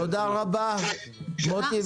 תודה רבה, מוטי.